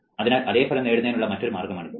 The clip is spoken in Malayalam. അതിനാൽ അതേ ഫലം നേടുന്നതിനുള്ള മറ്റൊരു മാർഗമാണിത്